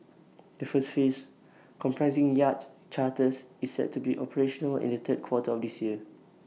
the first phase comprising Yacht Charters is set to be operational in the third quarter of this year